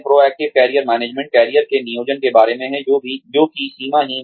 proactive career management career के नियोजन के बारे में है जो कि सीमाहीन है